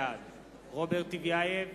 בעד רוברט טיבייב,